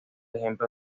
ejemplo